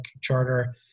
charter